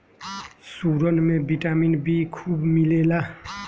सुरन में vitamin B खूब मिलेला